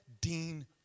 Dean